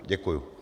Děkuju.